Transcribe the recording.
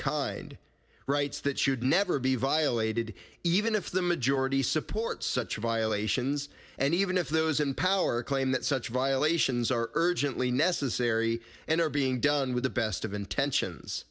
kind rights that should never be violated even if the majority supports such violations and even if those in power claim that such violations are urgently necessary and are being done with the best of intentions